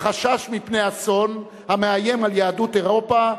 החשש מפני אסון המאיים על יהדות אירופה,